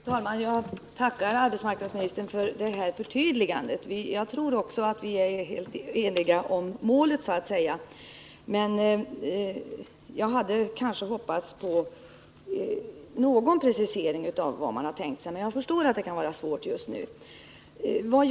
Fru talman! Jag tackar arbetsmarknadsministern för det här förtydligandet. Också jag tror att vi är helt eniga om målet, men jag hade kanske hoppats på någon precisering av vilka åtgärder regeringen har tänkt sig. Jag förstår emellertid att det kan vara svårt att göra preciseringar just nu.